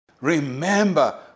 Remember